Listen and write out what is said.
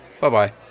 Bye-bye